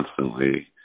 constantly